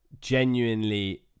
genuinely